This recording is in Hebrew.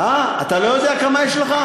אתה לא יודע כמה יש לך?